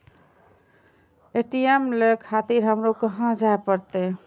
ATM ले खातिर हमरो कहाँ जाए परतें?